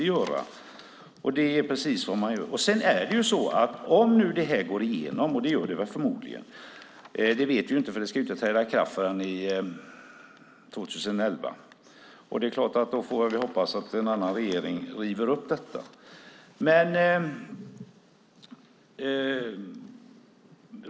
Förslaget går förmodligen igenom i dag, men det ska inte träda i kraft förrän 2011. Då får vi hoppas att en annan regering river upp det.